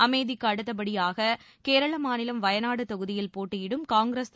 அமேதிக்கு அடுத்தபடியாக கேரள மாநிலம் வயநாடு தொகுதியில் போட்டியிடும் காங்கிரஸ் திரு